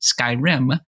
Skyrim